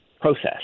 process